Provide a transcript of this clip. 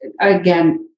again